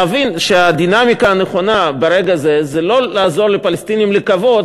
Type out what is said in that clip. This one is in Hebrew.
להבין שהדינמיקה הנכונה ברגע זה היא לא לעזור לפלסטינים לקוות